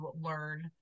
learn